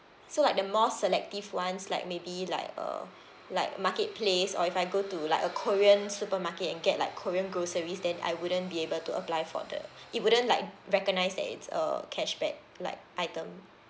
so like the more selective ones like maybe like uh like marketplace or if I go to like a korean supermarket and get like korean groceries then I wouldn't be able to apply for the it wouldn't like recognise that it's a cashback like item